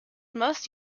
most